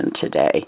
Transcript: today